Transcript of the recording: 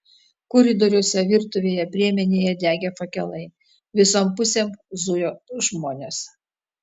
koridoriuose virtuvėje priemenėje degė fakelai visom pusėm zujo žmonės